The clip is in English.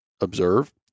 observe